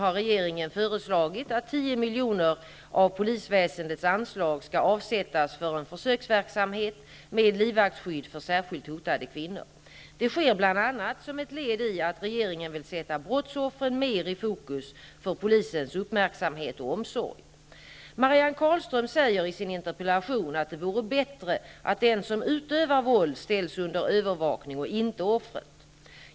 3 s. 77 och s. 93) har regeringen föreslagit att 10 milj.kr. av poliväsendets anslag skall avsättas för en försöksverksamhet med livvaktsskydd för särskilt hotade kvinnor. Det sker bl.a. som ett led i att regeringen vill sätta brottsoffren mer i fokus för polisens uppmärksamhet och omsorg. Marianne Carlström säger i sin interpellation att det vore bättre att den som utövar våld ställs under övervakning och inte offret.